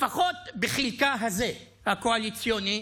לפחות בחלקה הזה, הקואליציוני,